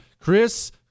Chris